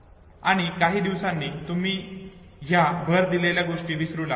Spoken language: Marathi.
आणि काही दिवसांनी तुम्ही ह्या भर दिलेल्या गोष्टी विसरू लागतात